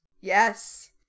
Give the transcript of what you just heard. Yes